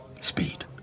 Speed